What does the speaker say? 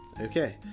Okay